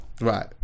Right